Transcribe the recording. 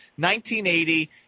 1980